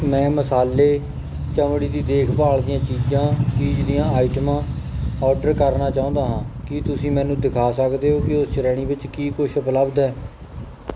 ਮੈਂ ਮਸਾਲੇ ਚਮੜੀ ਦੀ ਦੇਖਭਾਲ ਦੀਆਂ ਚੀਜ਼ਾਂ ਚੀਜ਼ ਦੀਆਂ ਆਈਟਮਾਂ ਆਰਡਰ ਕਰਨਾ ਚਾਹੁੰਦਾ ਹਾਂ ਕੀ ਤੁਸੀਂ ਮੈਨੂੰ ਦਿਖਾ ਸਕਦੇ ਹੋ ਕਿ ਉਸ ਸ਼੍ਰੇਣੀ ਵਿੱਚ ਕੀ ਕੁਛ ਉਪਲੱਬਧ ਹੈ